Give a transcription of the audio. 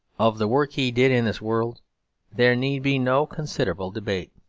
of the work he did in this world there need be no considerable debate.